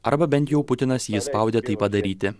arba bent jau putinas jį spaudė tai padaryti